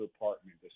apartment